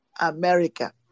America